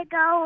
go